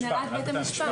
הנהלת בתי-המשפט.